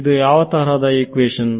ಇದು ಯಾವತರಹದ ಇಕ್ವೇಶನ್